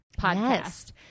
podcast